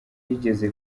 yigeze